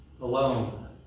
alone